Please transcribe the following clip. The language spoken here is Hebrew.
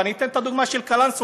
ואני אתן את הדוגמה של קלנסואה,